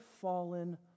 fallen